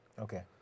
Okay